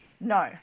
No